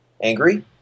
angry